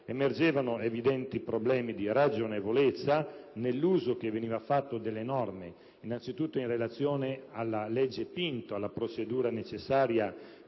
emergevano evidenti problemi di ragionevolezza nell'uso che veniva fatto delle norme, innanzitutto in relazione alla legge Pinto (alla procedura necessaria